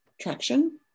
Traction